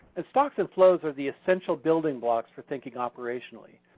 and stocks and flows are the essential building blocks for thinking operationally.